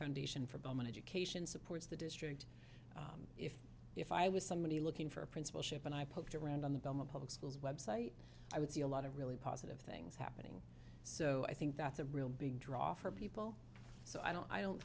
foundation for common education supports the district if if i was somebody looking for a principalship and i poked around on the bum of public schools website i would see a lot of really positive things happening so i think that's a real big draw for people so i don't i don't